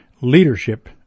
leadership